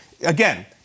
again